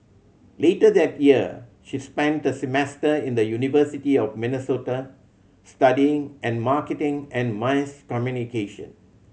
later that year she spent a semester in the University of Minnesota studying and marketing and mass communication